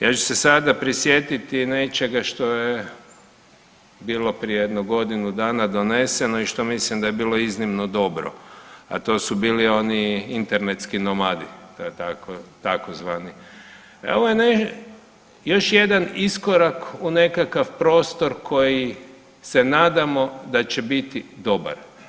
Ja ću se sada prisjetiti nečega što je bilo prije jedno godinu dana doneseno i što mislim da je bilo iznimno dobro, a to su bili oni internetski nomadi tzv., a ovo je još jedan iskorak u nekakav prostor koji se nadamo da će biti dobar.